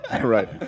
Right